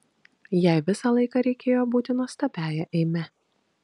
jai visą laiką reikėjo būti nuostabiąja eime